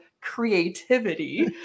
creativity